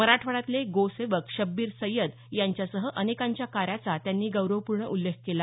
मराठवाड्यातले गो सेवक शब्बीर सैयद यांच्यासह अनेकांच्या कार्याचा त्यांनी गौरवपूर्ण उल्लेख केला